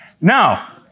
now